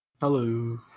Hello